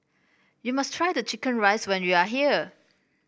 you must try the chicken rice when you are here